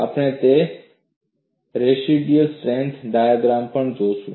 આપણે તે residual strength ડાયાગ્રામમાં પણ જોયું છે